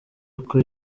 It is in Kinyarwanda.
uko